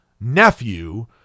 nephew